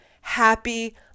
Happy